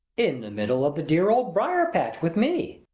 in the middle of the dear old briar-patch with me,